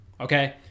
Okay